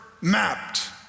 mapped